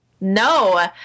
no